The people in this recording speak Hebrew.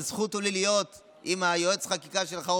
וזכות היא לי להיות עם יועץ החקיקה שלך,